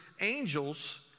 angels